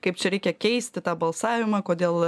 kaip čia reikia keisti tą balsavimą kodėl